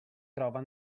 trova